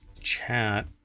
chat